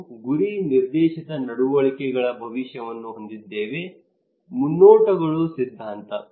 ನಾವು ಗುರಿ ನಿರ್ದೇಶಿತ ನಡವಳಿಕೆಗಳ ಭವಿಷ್ಯವನ್ನು ಹೊಂದಿದ್ದೇವೆ ಮುನ್ನೋಟಗಳ ಸಿದ್ಧಾಂತ